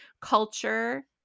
culture